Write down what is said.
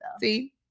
See